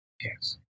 Yes